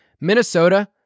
Minnesota